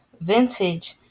vintage